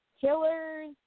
killers